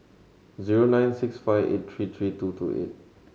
zero nine six five eight three three two two eight